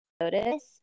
notice